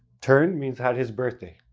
turned means had his birthday.